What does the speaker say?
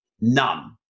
None